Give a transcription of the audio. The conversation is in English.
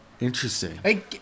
Interesting